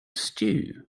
stew